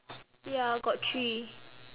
ya got three